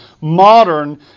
modern